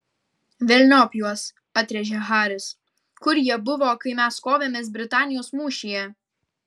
velniop juos atrėžė haris kur jie buvo kai mes kovėmės britanijos mūšyje